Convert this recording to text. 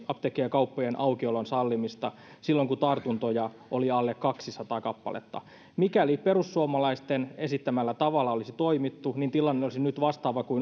apteekkien ja kauppojen aukiolon sallimista silloin kun tartuntoja oli alle kaksisataa kappaletta mikäli perussuomalaisten esittämällä tavalla olisi toimittu tilanne olisi nyt vastaava kuin